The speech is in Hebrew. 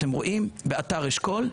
אתם רואים באתר אשכול,